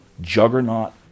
juggernaut